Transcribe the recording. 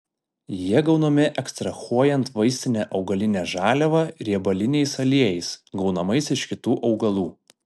jie gaunami ekstrahuojant vaistinę augalinę žaliavą riebaliniais aliejais gaunamais iš kitų augalų